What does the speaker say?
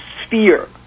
sphere